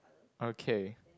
okay